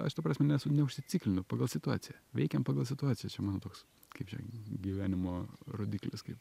aš ta prasme nesu neužsiciklinu pagal situaciją veikiam pagal situaciją čia mano toks kaip čia gyvenimo rodiklis kaip